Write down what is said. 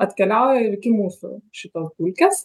atkeliauja ir iki mūsų šitos dulkės